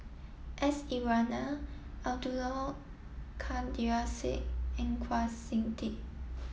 S Iswaran Abdul Kadir Syed and Kwa Siew Tee